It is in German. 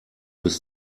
bis